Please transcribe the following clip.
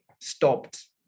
stopped